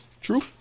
True